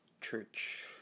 church